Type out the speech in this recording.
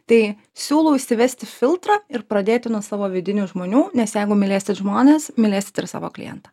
tai siūlau įsivesti filtrą ir pradėti nuo savo vidinių žmonių nes jeigu mylėsit žmones mylėsit ir savo klientą